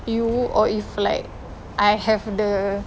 you or if like I have the